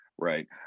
Right